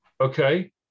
okay